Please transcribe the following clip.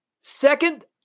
second